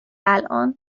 الان